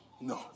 No